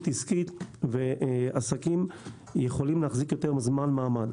עסקית ועסקים יכולים להחזיק יותר זמן מעמד.